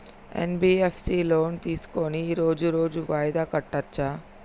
NBFS లో loan తీస్కొని రోజు రోజు వాయిదా కట్టచ్ఛా?